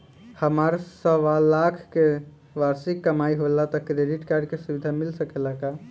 हमार सवालाख के वार्षिक कमाई होला त क्रेडिट कार्ड के सुविधा मिल सकेला का?